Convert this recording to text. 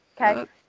Okay